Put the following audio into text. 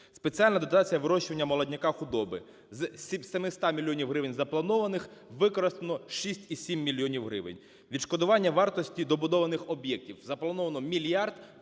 спеціальна дотація вирощування молодняка худоби: з 700 мільйонів гривень запланованих використано 6,7 мільйонів гривень; відшкодування вартості добудованих об'єктів: заплановано мільярд,